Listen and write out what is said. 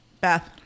Beth